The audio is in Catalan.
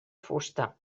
fusta